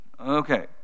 Okay